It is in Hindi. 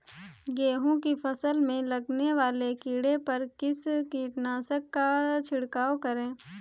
गेहूँ की फसल में लगने वाले कीड़े पर किस कीटनाशक का छिड़काव करें?